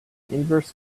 inverse